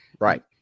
Right